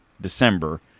December